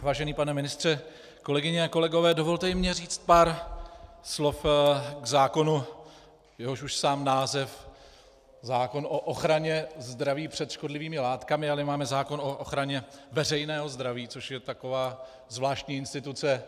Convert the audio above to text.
Vážený pane ministře, kolegyně a kolegové, dovolte i mně říci pár slov k zákonu, jehož už sám název zákon o ochraně zdraví před škodlivými látkami ale my máme zákon o ochraně veřejného zdraví, což je taková zvláštní instituce.